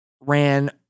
ran